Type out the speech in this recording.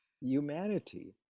humanity